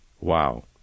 Wow